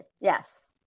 yes